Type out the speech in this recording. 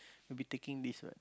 will be taking this [what]